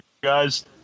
guys